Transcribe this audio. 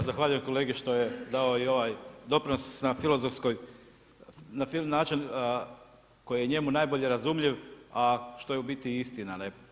Evo zahvaljujem kolegi što je dao i ovaj doprinos na filozofskoj, na način koji je njemu najbolje razumljiv, a što je u biti istina.